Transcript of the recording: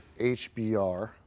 HBR